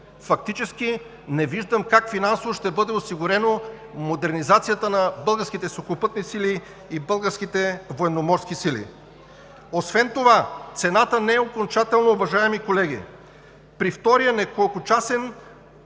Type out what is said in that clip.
фактически не виждам как финансово ще бъде осигурена модернизацията на българските сухопътни сили и българските военноморски сили. Освен това цената не е окончателна, уважаеми колеги! При втория няколкочасов